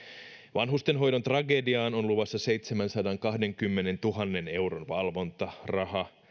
vanhustenhoidon tragediaan on luvassa seitsemänsadankahdenkymmenentuhannen euron valvontaraha